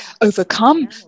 overcome